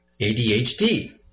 ADHD